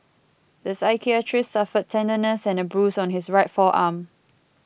the psychiatrist suffered tenderness and a bruise on his right forearm